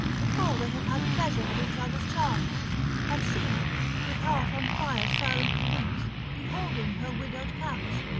before they have had pleasure of each other's charms and she with heart on fire silently weeps, beholding her widowed couch,